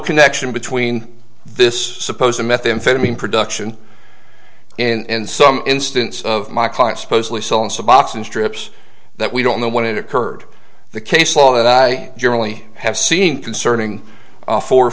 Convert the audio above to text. connection between this supposed to methamphetamine production and some instance of my client supposedly selling suboxone strips that we don't know when it occurred the case law that i generally have seen concerning